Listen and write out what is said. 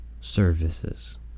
services